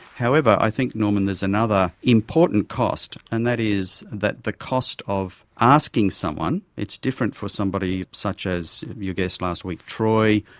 however, i think, norman, there is another important cost, and that is that the cost of asking someone, it's different for somebody such as your guest last week, troy,